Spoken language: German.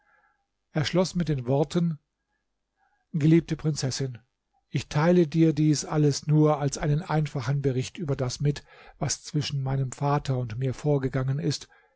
er schloß mit den worten geliebte prinzessin ich teile dir dies alles nur als einen einfachen bericht über das mit was zwischen meinem vater und mir vorgegangen ist